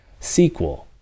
SQL